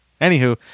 anywho